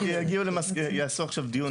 כי יעשו עכשיו דיון,